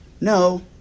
No